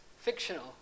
fictional